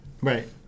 Right